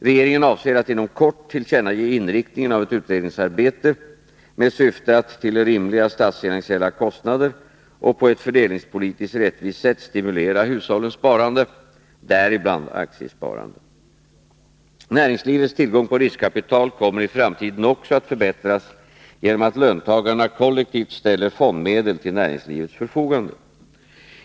Regeringen avser att inom kort tillkännage inriktningen av ett utredningsarbete med syfte att till rimliga statsfinansiella kostnader och på ett fördelningspolitiskt rättvist sätt stimulera hushållens sparande, däribland aktiesparande. Näringslivets tillgång på riskkapital kommer i framtiden också att förbättras genom att löntagarna kollektivt ställer fondmedel till näringslivets förfogande.